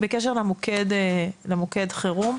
בקשר למוקד חירום,